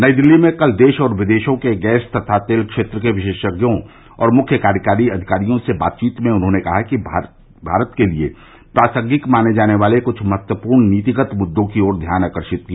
नई दिल्ली में कल देश और विदेशों के गैस तथा तेल क्षेत्र के विशेषज्ञों और मुख्य कार्यकारी अधिकारियों से बातवीत में उन्होंने भारत के लिए प्रासंगिक माने जाने वाले कुछ महत्वपूर्ण नीतिगत मुरों की ओर ध्यान आकर्षित किया